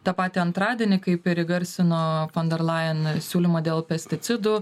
tą patį antradienį kaip ir įgarsino fonderlajan siūlymą dėl pesticidų